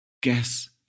guess